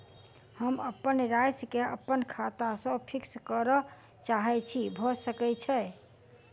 हम अप्पन राशि केँ अप्पन खाता सँ फिक्स करऽ चाहै छी भऽ सकै छै?